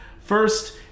First